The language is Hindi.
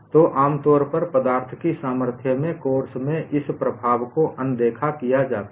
तो आमतौर पर पदार्थ की सामर्थ्य में कोर्स में इस प्रभाव को अनदेखा किया जाता है